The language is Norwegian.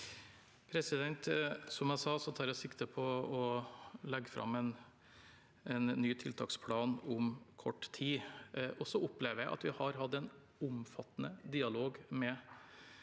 Som jeg sa, tar jeg sikte på å legge fram en ny tiltaksplan om kort tid. Jeg opplever at vi har hatt en omfattende dialog med